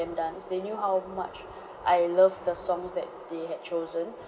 dance they knew how much I love the songs that they had chosen